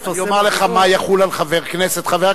אני אומר לך מה יחול על חבר הכנסת.